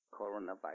coronavirus